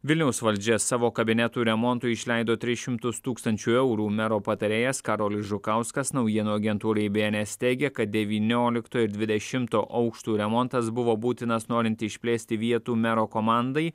vilniaus valdžia savo kabinetų remontui išleido šimtus tūkstančių eurų mero patarėjas karolis žukauskas naujienų agentūrai bns teigė kad devyniolikto ir dvidešimto aukštų remontas buvo būtinas norint išplėsti vietų mero komandai